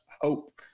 hope